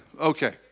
Okay